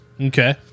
Okay